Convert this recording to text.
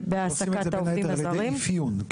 עושים את זה, בין היתר, על ידי אפיון?